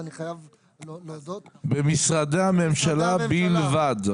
במשרדי הממשלה בלבד.